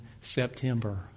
September